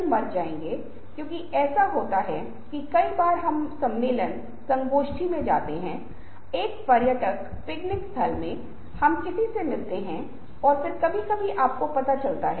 तो आप पाते हैं कि विशाल इमारतें विशाल स्मारक जो बनाए गए थे अगर आप ग्रीस के स्फिंक्स के बारे में बात कर रहे हैं अगर आप कुतुब मीनार को देख रहे हैं अगर आप ताजमहल देख रहे हैं भव्यता का प्रदर्शन चीजों का प्रदर्शन जो बहुत महत्वपूर्ण हैं जो शक्तिशाली हैं जो बड़े हैं